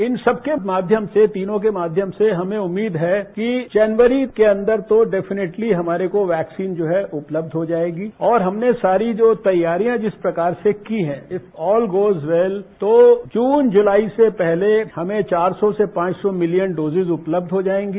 इन सबके माध्यम से तीनों के माध्यम से हमें उम्मीद है कि जनवरी के अंदर तो डेफिनेटली हमारे को वैक्सीन जो है उपलब्ध हो जाएगी और हमने सारी जो तैयारियां जिस प्रकार से की हैं ऑल गोज वैल तो जून जुलाई से पहले हमें चार सौ से पांच सौ मिलियन डोजेज उपलब्ध हो जाएंगी